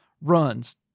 runs